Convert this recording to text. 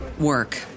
work